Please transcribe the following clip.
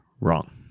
wrong